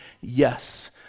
yes